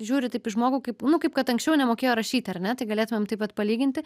žiūri taip į žmogų kaip nu kaip kad anksčiau nemokėjo rašyti ar ne tai galėtumėm taip vat palyginti